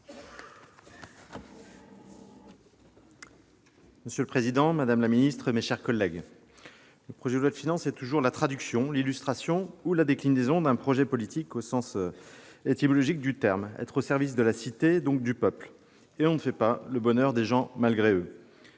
Monsieur le président, madame la ministre, mes chers collègues, le projet de loi de finances est toujours la traduction, l'illustration ou la déclinaison d'un projet politique au sens étymologique du terme : il s'agit d'être au service de la cité, donc du peuple. Et on ne fait pas le bonheur des gens malgré eux